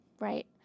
Right